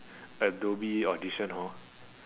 Adobe audition hor